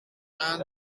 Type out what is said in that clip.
aan